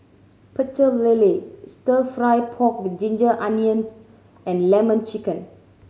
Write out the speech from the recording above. Pecel Lele Stir Fry pork with ginger onions and Lemon Chicken